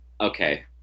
Okay